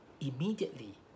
immediately